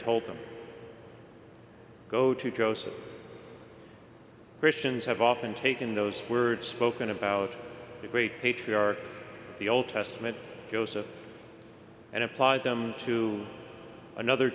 told them go to joseph christians have often taken those words spoken about the great patriarchs the old testament joseph and applied them to another